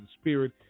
spirit